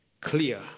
clear